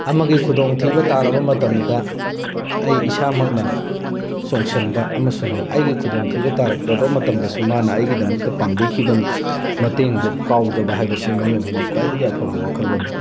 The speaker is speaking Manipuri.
ꯑꯃꯒꯤ ꯈꯨꯗꯣꯡ ꯊꯤꯕ ꯇꯥꯔꯕ ꯃꯇꯝꯗ ꯑꯩ ꯏꯁꯥꯃꯛꯅ ꯆꯣꯡꯁꯤꯟꯕ ꯑꯃꯁꯨꯡ ꯑꯩꯒꯤ ꯈꯨꯗꯣꯡ ꯊꯤꯕ ꯇꯥꯔꯛꯂꯕ ꯃꯇꯝꯗꯁꯨ ꯃꯥꯅ ꯑꯩꯒꯤꯗꯃꯛꯇ ꯄꯥꯡꯕꯤꯈꯤꯕ ꯃꯇꯦꯡꯗꯨ ꯀꯥꯎꯗꯕ ꯍꯥꯏꯕꯁꯤ ꯃꯤꯑꯣꯏꯕꯒꯤ ꯈ꯭ꯋꯥꯏꯗꯒꯤ ꯑꯐꯕ ꯋꯥꯈꯜꯂꯣꯟꯅꯤ